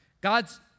God's